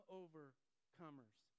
overcomers